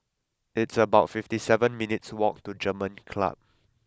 it's about fifty seven minutes' walk to German Club